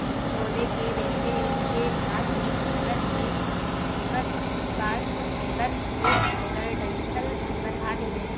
पौधे के रेशे के भाग बीज fibre, leaf fibre, bast fibre, fruit fibre, डंठल फाइबर आदि है